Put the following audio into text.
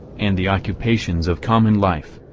and the occupations of common life.